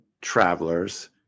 travelers